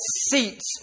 seats